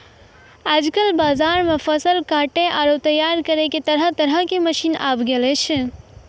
आजकल बाजार मॅ फसल काटै आरो तैयार करै के तरह तरह के मशीन आबी गेलो छै